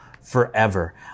forever